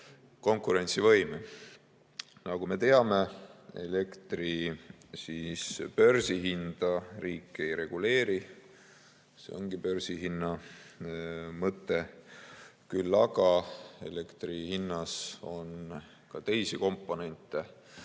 konkurentsivõime. Nagu me teame, elektri börsihinda riik ei reguleeri. See ongi börsihinna mõte. Küll aga on elektri hinnas ka teisi komponente